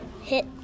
hit